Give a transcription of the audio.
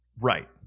Right